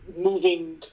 moving